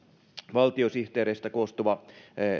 valtiosihteereistä koostuva